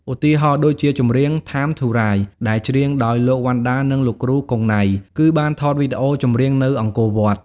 ឧទាហណ៍ដូចជាចម្រៀង "Time to Rise" ដែលច្រៀងដោយលោក វណ្ណដា និងលោកគ្រូ គង់ ណៃ គឺបានថតវីដេអូចម្រៀងនៅអង្គរវត្ត។